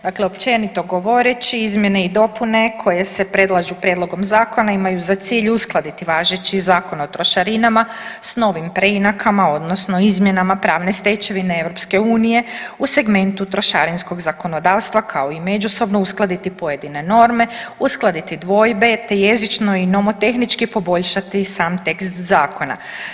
Dakle, općenito govoreći izmjene i dopune koje se predlažu prijedlogom zakona imaju za cilj uskladiti važeći Zakon o trošarinama s novim preinakama, odnosno izmjenama pravne stečevine EU u segmentu trošarinskog zakonodavstva kao i međusobno uskladiti pojedine norme, uskladiti dvojbe, te jezično i nomotehnički poboljšati sam tekst zakona.